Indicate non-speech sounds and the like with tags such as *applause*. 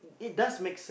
*breath*